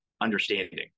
understanding